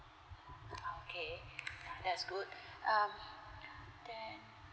okay that's good um then